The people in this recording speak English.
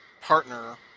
partner